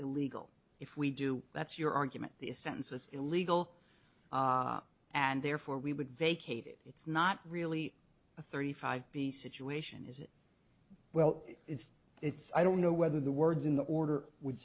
illegal if we do that's your argument the sentence was illegal and therefore we would vacate it it's not really a thirty five b situation is it well it's i don't know whether the words in the order would